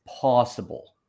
possible